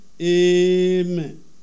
amen